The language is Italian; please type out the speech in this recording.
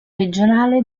regionale